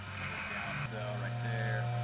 and little down cell right there.